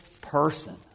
person